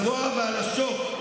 על הזרוע ועל השוק.